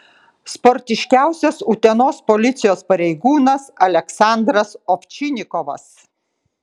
sportiškiausias utenos policijos pareigūnas aleksandras ovčinikovas